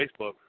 Facebook